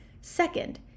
Second